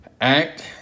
Act